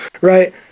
right